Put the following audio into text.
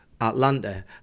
atlanta